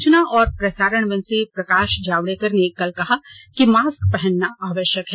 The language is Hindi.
सूचना और प्रसारण मंत्री प्रकाश जावडेकर ने कल कहा कि मास्क पहनना आवश्यक है